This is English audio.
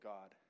God